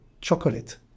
chocolate